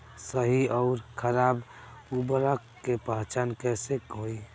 सही अउर खराब उर्बरक के पहचान कैसे होई?